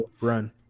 Run